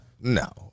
No